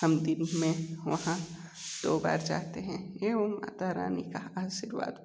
हम दिन में वहाँ दो बार जाते हैं एवं माता रानी का आशीर्वाद प्राप्त करते हैं